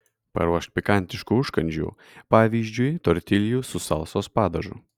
paruošk pikantiškų užkandžių pavyzdžiui tortiljų su salsos padažu